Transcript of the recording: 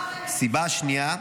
סיבה שנייה,